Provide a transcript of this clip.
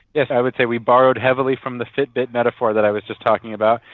yes, i would say we borrowed heavily from the fitbit metaphor that i was just talking about.